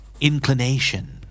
Inclination